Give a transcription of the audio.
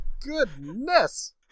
goodness